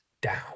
down